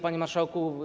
Panie Marszałku!